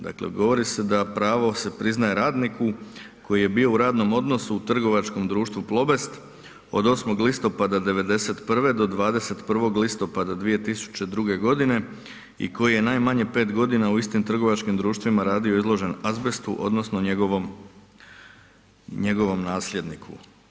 Dakle, govori se da pravo se priznaje radniku koji je bio u radnom odnosu u trgovačkom društvu Plobest od 8. listopada 1991. do 21. listopada 2002. g. i koji je najmanje 5 g. u istim trgovačkim društvima radio izložen azbestu odnosno njegovom nasljedniku.